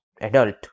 adult